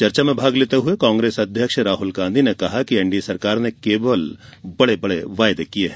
चर्चा में भाग लेते हुए कांग्रेस अध्यक्ष राहुल गांधी ने कहा कि एनडीए सरकार ने केवल बड़े बड़े वायदे किये हैं